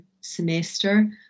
semester